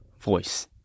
voice